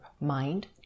mind